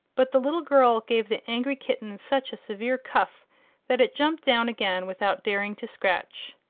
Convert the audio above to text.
but the little girl gave the angry kitten such a severe cuff that it jumped down again without daring to scratch.